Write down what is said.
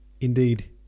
Indeed